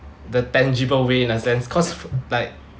the tangible way in a sense cause like